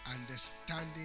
understanding